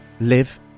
live